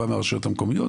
בא מהרשויות המקומיות,